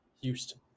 Houston